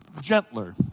gentler